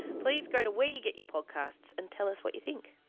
please go to where you get your podcasts and tell us what you think.